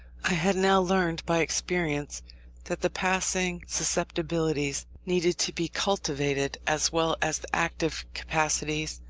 i had now learnt by experience that the passing susceptibilities needed to be cultivated as well as the active capacities,